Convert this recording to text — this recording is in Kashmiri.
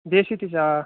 دیسی تہِ چھِ آ